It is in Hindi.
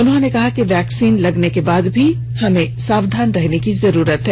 उन्होंने कहा कि वैक्सीन लगने के बाद भी सावधान रहने की जरूरत है